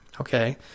okay